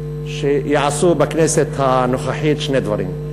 שיעשו בכנסת הנוכחית שני דברים.